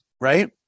Right